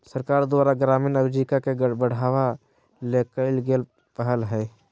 सरकार द्वारा ग्रामीण आजीविका के बढ़ावा ले कइल गेल पहल हइ